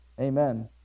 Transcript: Amen